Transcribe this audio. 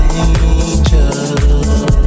angel